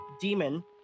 demon